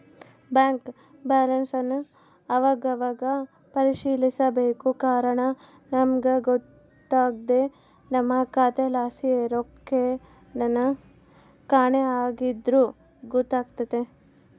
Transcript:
bank ಬ್ಯಾಲನ್ಸನ್ ಅವಾಗವಾಗ ಪರಿಶೀಲಿಸ್ಬೇಕು ಕಾರಣ ನಮಿಗ್ ಗೊತ್ತಾಗ್ದೆ ನಮ್ಮ ಖಾತೆಲಾಸಿ ರೊಕ್ಕೆನನ ಕಾಣೆ ಆಗಿದ್ರ ಗೊತ್ತಾತೆತೆ